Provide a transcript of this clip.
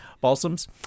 Balsams